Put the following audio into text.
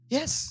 Yes